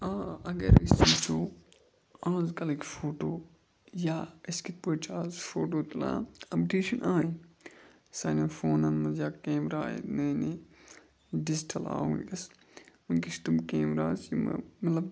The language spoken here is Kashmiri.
آ اگر أسۍ وٕچھو آز کَلٕکۍ فوٹو یا أسۍ کِتھ پٲٹھۍ چھِ آز فوٹو تُلان اَپڈیشَن آے سانٮ۪ن فونَن منٛز یا کیمرا آے نٔے نٔے ڈِجٹَل آو وٕنۍکٮ۪س وٕنۍکٮ۪س چھِ تِم کیمراز یِمہٕ مطلب